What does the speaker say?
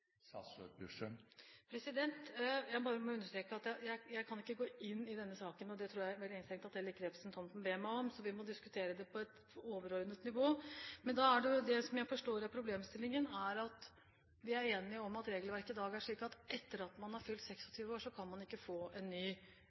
Jeg må bare understreke at jeg ikke kan gå inn i denne saken. Det tror jeg vel strengt tatt heller ikke at representanten Eriksson ber meg om, så vi må diskutere dette på et overordnet nivå. Det jeg forstår er problemstillingen, er – og det er vi enige om – at regelverket i dag er slik at etter at man har fylt 26 år, kan man ikke få en ny